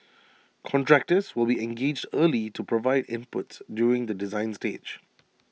contractors will be engaged early to provide inputs during the design stage